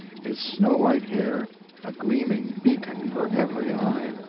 his snow-white hair a gleaming beacon for every eye.